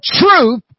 truth